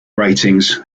ratings